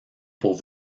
pour